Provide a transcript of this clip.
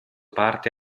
parte